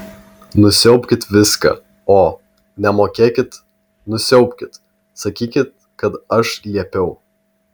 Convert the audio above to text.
nusiaubkit viską o nemokėkit nusiaubkit sakykit kad aš liepiau